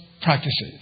practices